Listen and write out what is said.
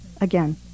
again